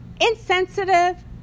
insensitive